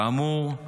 כאמור,